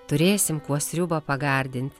turėsim kuo sriubą pagardint